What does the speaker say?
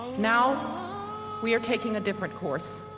now we are taking a different course.